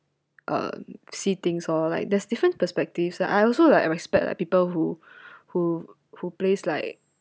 uh see things or like there's different perspectives I also like respect like people who who who place like